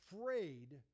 afraid